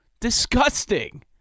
Disgusting